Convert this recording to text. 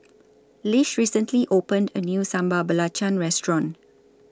Lish recently opened A New Sambal Belacan Restaurant